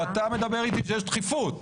אתה מדבר איתי שיש דחיפות.